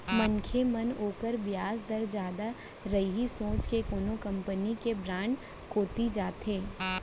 मनसे मन ओकर बियाज दर जादा रही सोच के कोनो कंपनी के बांड कोती जाथें